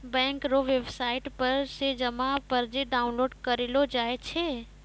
bank रो website पर से जमा पर्ची डाउनलोड करेलो जाय छै